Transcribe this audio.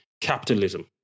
Capitalism